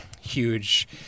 huge